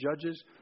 Judges